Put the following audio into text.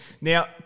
Now